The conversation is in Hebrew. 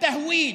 לייהוד,